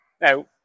Now